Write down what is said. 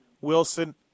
Wilson